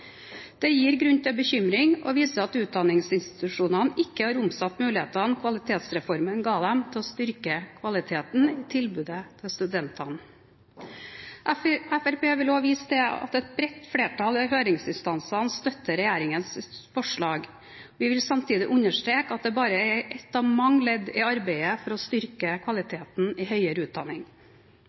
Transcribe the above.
Dette gir grunn til bekymring, og viser at utdanningsinstitusjonene ikke har omsatt mulighetene Kvalitetsreformen ga dem til å styrke kvaliteten i tilbudet til studentene. Fremskrittspartiet vil også vise til at et bredt flertall av høringsinstansene støtter regjeringens forslag. Vi vil samtidig understreke at dette bare er et av mange ledd i arbeidet for å styrke kvaliteten i høyere utdanning.